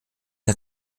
der